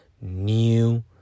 new